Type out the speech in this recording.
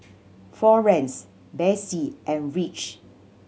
Florance Besse and Rich